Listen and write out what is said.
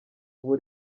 ubu